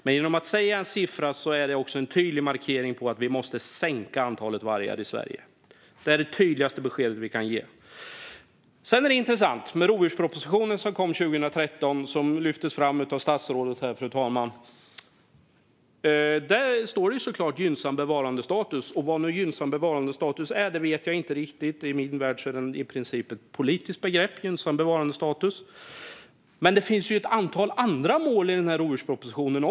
Men genom att ange en siffra gör vi en tydlig markering om att vi måste sänka antalet vargar i Sverige. Det är det tydligaste beskedet vi kan ge. Sedan är det intressant att i rovdjurspropropositionen som kom 2013, som här lyftes fram av statsrådet, fru talman, står det såklart gynnsam bevarandestatus. Vad gynnsam bevarandestatus är vet jag inte riktigt. I min värld är gynnsam bevarandestatus i princip ett politiskt begrepp. Men det finns ju också ett antal andra mål i rovdjurspropositionen.